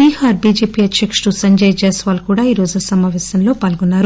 Bihar BJP అధ్యకుడు సంజయ్ జైస్వాల్ కూడా ఈరోజు సమాపేశంలో పాల్గొన్నారు